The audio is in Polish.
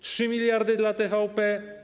3 mld dla TVP?